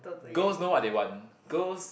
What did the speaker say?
girls know what they want girls